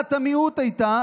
דעת המיעוט הייתה